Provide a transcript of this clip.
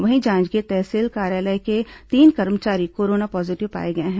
वहीं जांजगीर तहसील कार्यालय के तीन कर्मचारी कोरोना पॉजीटिव पाए गए हैं